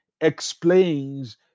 explains